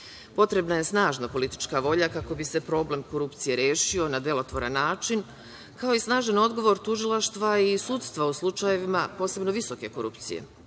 Potrebna je snažna politička volja kako bi se problem korupcije rešio na delotvoran način, kao i snažan odgovor tužilaštva i sudstva u slučajevima posebno visoke korupcije. Srbija